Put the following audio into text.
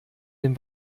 dem